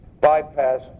bypass